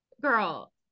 girl